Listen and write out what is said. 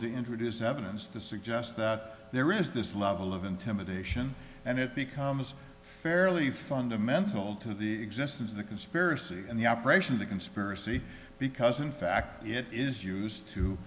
to introduce evidence to suggest that there is this level of intimidation and it becomes fairly fundamental to the existence of the conspiracy and the operation of the conspiracy because in fact it is used to